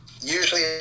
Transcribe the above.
usually